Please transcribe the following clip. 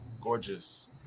Gorgeous